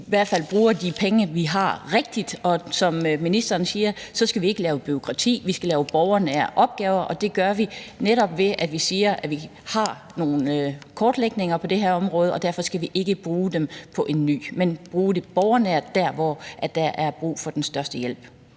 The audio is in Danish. i hvert fald bruger de penge, vi har, rigtigt, og som ministeren siger, skal vi ikke lave bureaukrati. Vi skal lave borgernære opgaver, og det gør vi, netop ved at vi siger, at vi har nogle kortlægninger på det her område, og derfor skal vi ikke bruge dem på en ny, men bruge det borgernært dér, hvor der er brug for den største hjælp.